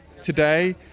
today